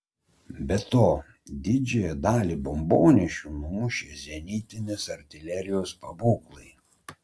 be to didžiąją dalį bombonešių numušė zenitinės artilerijos pabūklai